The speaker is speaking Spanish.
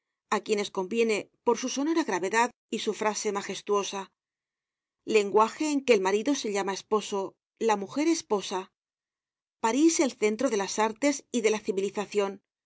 á quienes conviene por su sonora gravedad y su frase magestuosa lenguaje en que el marido se llama esposo la mujer esposa parís el centro de las artes y de la civilizacion